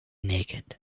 naked